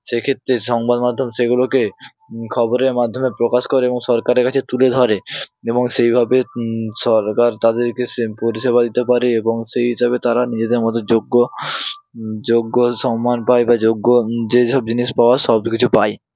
সেক্ষেত্তে সংবাদমাধ্যম সেগুলোকে খবরের মাধ্যমে প্রকাশ করে এবং সরকারের কাছে তুলে ধরে এবং সেইভাবে সরকার তাদেরকে সে পরিষেবা দিতে পারে এবং সেই হিসাবে তারা নিজেদের মতো যোগ্য যোগ্য সম্মান পায় বা যোগ্য যে সব জিনিস পাওয়ার সব কিছু পায়